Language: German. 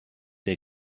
der